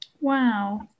Wow